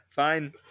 Fine